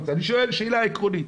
אני שואל שאלה עקרונית.